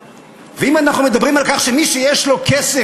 ואם אנחנו מדברים על כך שמי שיש לו כסף